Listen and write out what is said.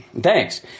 thanks